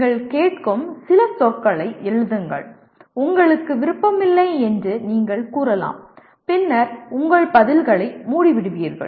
நீங்கள் கேட்கும் சில சொற்களை எழுதுங்கள் உங்களுக்கு விருப்பமில்லை என்று நீங்கள் கூறலாம் பின்னர் உங்கள் பதில்களை மூடிவிடுவீர்கள்